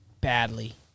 badly